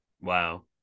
Wow